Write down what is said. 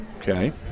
okay